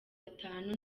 atanu